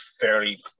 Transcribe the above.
fairly